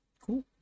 cool